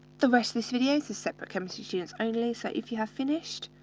the rest of this video is to separate chemistry students only. so if you have finished,